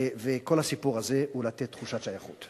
וכל הסיפור הזה הוא לתת תחושת שייכות.